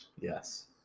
Yes